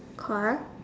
car